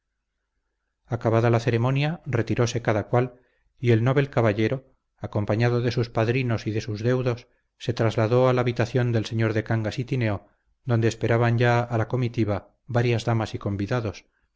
corazón acabada la ceremonia retiróse cada cual y el novel caballero acompañado de sus padrinos y de sus deudos se trasladó a la habitación del señor de cangas y tineo donde esperaban ya a la comitiva varias damas y convidados